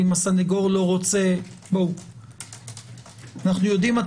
ואם הסנגור לא רוצה אנחנו יודעים עד